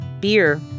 Beer